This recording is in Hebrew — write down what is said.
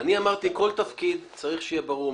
אני אמרתי שכל תפקיד צריך שיהיה ברור.